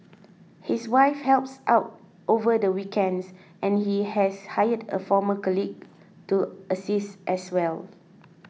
his wife helps out over the weekends and he has hired a former colleague to assist as well